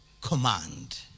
command